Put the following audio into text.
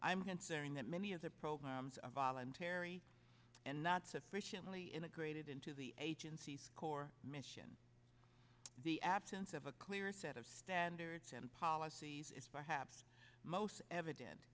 i'm considering that many other programs are voluntary and not sufficiently integrated into the core mission the absence of a clear set of standards and policies is perhaps most evident